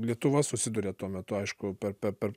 lietuva susiduria tuo metu aišku per per per